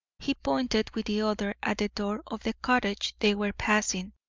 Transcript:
he pointed with the other at the door of the cottage they were passing,